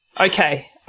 Okay